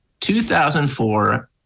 2004